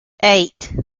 eight